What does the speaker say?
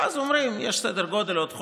ואז אומרים: יש סדר גודל של עוד חודש,